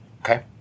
okay